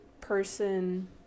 person